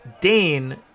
Dane